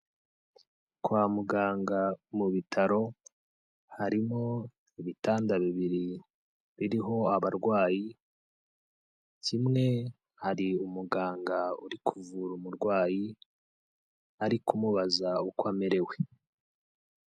Kwa muganga mu bitaro harimo ibitanda bibiri biriho abarwayi, kimwe hari umuganga uri kuvura umurwayi ari kumubaza uko amerewe.